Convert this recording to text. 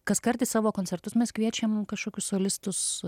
kaskart į savo koncertus mes kviečiam kažkokius solistus